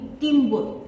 teamwork